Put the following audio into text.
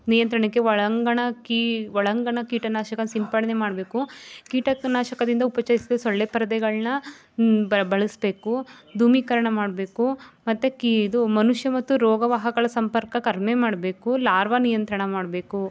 ನಿಯಂತ್ರಣಕ್ಕೆ ಒಳಾಂಗಣ ಕಿ ಒಳಾಂಗಣ ಕೀಟನಾಟಕ ಸಿಂಪಡಣೆ ಮಾಡಬೇಕು ಕೀಟಕ ನಾಶಕದಿಂದ ಉಪಚರಿಸಿದ ಸೊಳ್ಳೆ ಪರದೆಗಳನ್ನ ಬಳಸಬೇಕು ಧೂಮೀಕರಣ ಮಾಡಬೇಕು ಮತ್ತು ಕಿ ಇದು ಮನುಷ್ಯ ಮತ್ತು ರೋಗವಾಹಗಳ ಸಂಪರ್ಕ ಕಡ್ಮೆ ಮಾಡಬೇಕು ಲಾರ್ವ ನಿಯಂತ್ರಣ ಮಾಡಬೇಕು